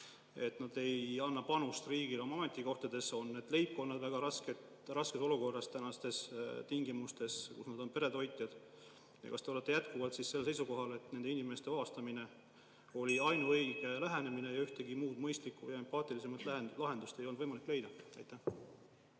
inimesed ei anna panust riigile oma ametikohal, on nende leibkonnad väga raskes olukorras praegustes tingimustes, kuna nad on pere toitjad. Kas te olete jätkuvalt seisukohal, et nende inimeste vabastamine oli ainuõige lähenemine ning ühtegi muud mõistlikumat ja empaatilisemat lahendust ei olnud võimalik leida? Aitäh!